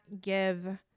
give